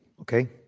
okay